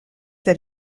that